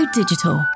digital